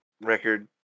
record